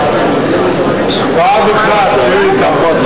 פעם אחת תהיו אתנו.